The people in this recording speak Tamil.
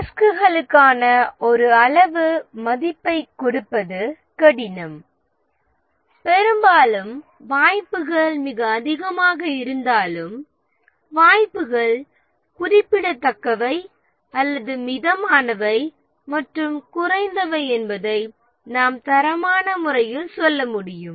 ரிஸ்குகளுக்கு ஒரு அளவு மதிப்பைக் கொடுப்பது கடினம் பெரும்பாலும் வாய்ப்புகள் மிக அதிகமாக இருந்தாலும் வாய்ப்புகள் குறிப்பிடத்தக்கவை அல்லது மிதமானவை மற்றும் குறைந்தவை என்பதை நாம் தரமான முறையில் சொல்ல முடியும்